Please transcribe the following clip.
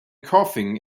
coughing